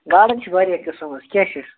گاڈَن چھِ واریاہ قٕسٕم حظ کیٛاہ چھِ